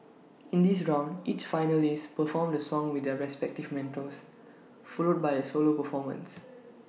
in this round each finalist performed the song with their respective mentors followed by A solo performance